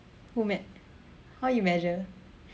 who mea~ how you measure